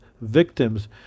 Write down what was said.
victims